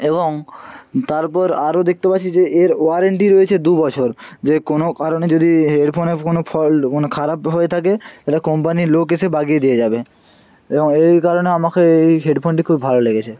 এবং তারপর আরও দেখতে পাচ্ছি যে এর ওয়ারেন্টি রয়েছে দুবছর যে কোনো কারণে যদি হেডফোনে কোনো ফল্ট কোনো খারাপ হয়ে থাকে এটা কোম্পানির লোক এসে বাগিয়ে দিয়ে যাবে এবং এই এই কারণে আমাকে এই এই হেডফোনটি খুব ভালো লেগেছে